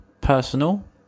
personal